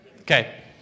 Okay